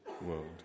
world